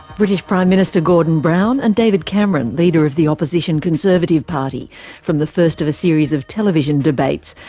british prime minister gordon brown and david cameron, leader of the opposition conservative party from the first of a series of television debates,